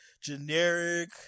generic